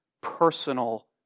personal